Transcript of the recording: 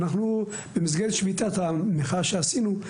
במסגרת שביתת המחאה שעשינו,